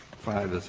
five, is